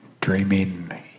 dreaming